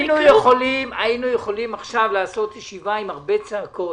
היינו יכולים עכשיו לעשות ישיבה עם הרבה צעקות,